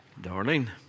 Darling